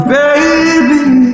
baby